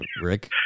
Rick